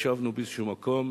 ישבנו באיזשהו מקום,